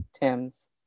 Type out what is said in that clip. Tim's